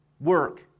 work